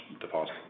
deposit